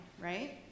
right